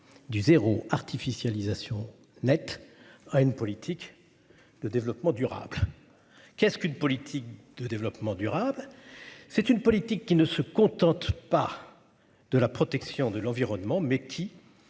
du zéro artificialisation nette à une politique. De développement durable. Qu'est-ce qu'une politique de développement durable. C'est une politique qui ne se contente pas de la protection de l'environnement mais qui.